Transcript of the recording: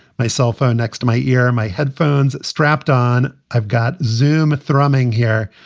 my cell phone next to my ear, my headphones strapped on. i've got xoom thrumming here.